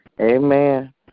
Amen